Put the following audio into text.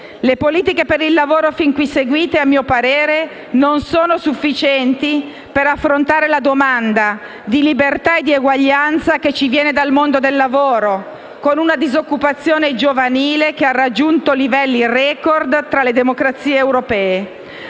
Le politiche per il lavoro fin qui seguite - a mio parere - non sono sufficienti per affrontare la domanda di libertà e di eguaglianza che ci viene dal mondo dal lavoro, con una disoccupazione giovanile che ha raggiunto livelli *record* tra le democrazie europee.